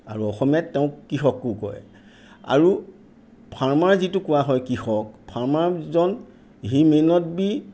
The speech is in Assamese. আৰু অসমীয়াত তেওঁক কৃষকো কয় আৰু ফাৰ্মাৰ যিটো কোৱা হয় কৃষক ফাৰ্মাৰজন হি মেই নট বি